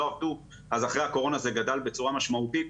אז אחרי הקורונה זה גדל בצורה משמעותית.